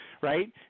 right